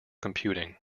computing